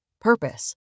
purpose